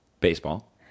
Baseball